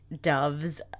Dove's